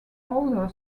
older